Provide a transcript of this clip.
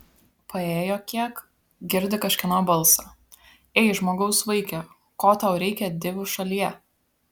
paėjo kiek girdi kažkieno balsą ei žmogaus vaike ko tau reikia divų šalyje